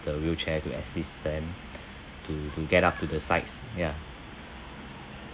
the wheelchair to assist them to to get up to the sights ya